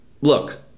look